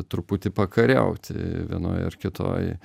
truputį pakariauti vienoj ar kitoj